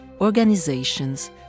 organizations